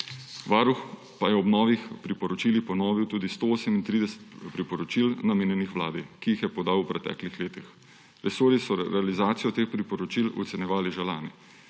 Varuh pa je ob novih priporočilih ponovil tudi 138 priporočil, namenjenih Vladi, ki jih je podal v preteklih letih. Resorji so realizacijo teh priporočil ocenjevali že lani.